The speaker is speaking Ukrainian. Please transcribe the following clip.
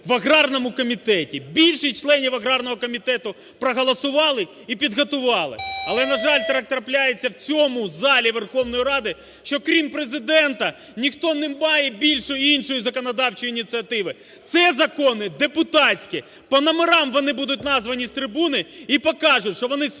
в аграрному комітеті, більшість членів аграрного комітету проголосували і підготували. Але, на жаль, так трапляється у цьому залі Верховної Ради, що крім Президента ніхто не має більше іншої законодавчої ініціативи. Це закони депутатські, по номерам вони будуть названі з трибуни і покажуть, що вони списані як